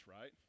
right